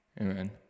Amen